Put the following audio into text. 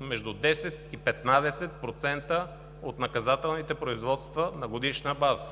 между 10 и 15% от наказателните производства на годишна база.